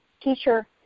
teacher